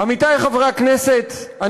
אדוני חבר הכנסת חסון,